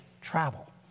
travel